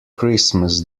christmas